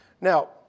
Now